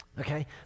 Okay